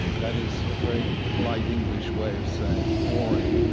that is a very polite english way of saying boring.